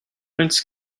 antes